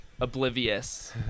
Oblivious